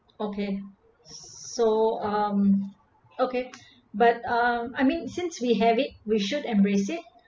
okay so um okay but um I mean since we have it we should embrace it